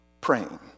praying